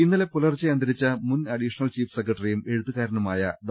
ഇന്നലെ പുലർച്ചെ അന്തരിച്ച മുൻ അഡീഷണൽ ചീഫ് സെക്രട്ടറിയും എഴുത്തുകാരനുമായ ഡോ